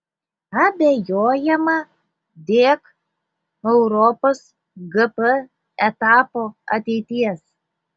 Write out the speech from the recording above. abejojama dėk europos gp etapo ateities